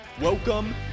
Welcome